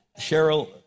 Cheryl